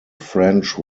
french